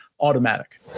automatic